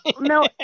No